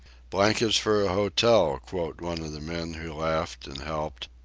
blankets for a hotel quoth one of the men who laughed and helped.